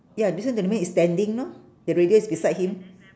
ya this one the man is standing lor the radio is beside him